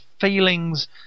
feelings